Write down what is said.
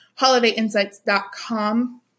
holidayinsights.com